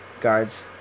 guards